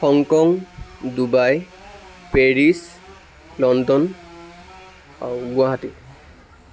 হং Kong Dubai Paris London আৰু গুৱাহাটী